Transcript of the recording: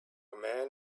man